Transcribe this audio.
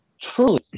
truly